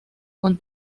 con